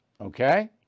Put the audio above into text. Okay